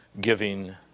giving